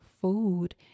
Food